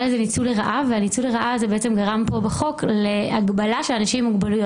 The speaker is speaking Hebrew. הניצול לרעה הזה גרם להגבלה בחוק של אנשים עם מוגבלויות.